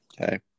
Okay